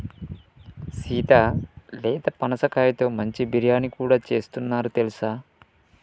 సీత లేత పనసకాయతో మంచి బిర్యానీ కూడా సేస్తున్నారు తెలుసా